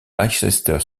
leicester